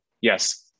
yes